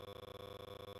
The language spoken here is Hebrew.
דקארד,